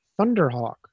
Thunderhawk